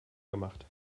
gemacht